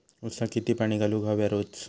ऊसाक किती पाणी घालूक व्हया रोज?